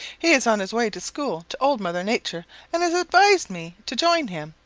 he is on his way to school to old mother nature and has advised me to join him.